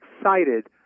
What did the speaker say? excited